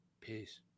Peace